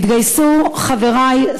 התגייסו חברי,